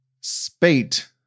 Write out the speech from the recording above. spate